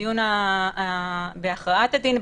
בדיון בהכרעת הדין,